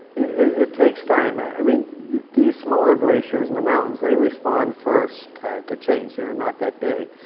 it takes time, ah i mean these smaller glaciers in the mountains, they respond first to change. they're not that big.